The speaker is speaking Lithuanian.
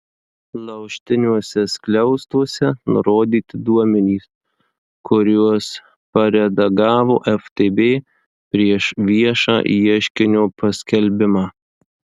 laužtiniuose skliaustuose nurodyti duomenys kuriuos paredagavo ftb prieš viešą ieškinio paskelbimą